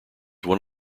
one